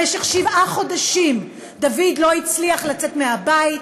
במשך שבעה חודשים דוד לא הצליח לצאת מהבית,